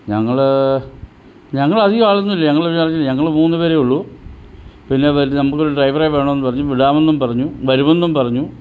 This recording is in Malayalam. ഞങ്ങൾ ഞങ്ങളധികം ആളൊന്നുമില്ല ഞങ്ങളൊരു ഞങ്ങൾ മൂന്ന് പേരെ ഉള്ളു പിന്നെ വ നമ്മളൊരു ഡ്രൈവറെ വേണമെന്ന് പറഞ്ഞു വിടാമെന്നും പറഞ്ഞു വരുമെന്നും പറഞ്ഞു